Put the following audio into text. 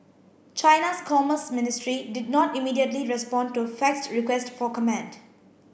China's commerce ministry did not immediately respond to a faxed request for comment